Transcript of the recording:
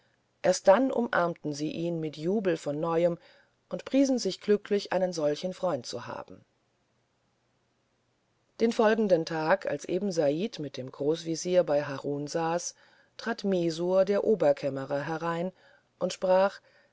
erst dann umarmten sie ihn mit jubel von neuem und priesen sich glücklich einen solchen freund zu haben den folgenden tag als eben said mit dem großwesir bei harun saß trat messour der oberkämmerer herein und sprach